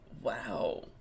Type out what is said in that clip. Wow